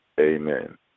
Amen